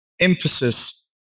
emphasis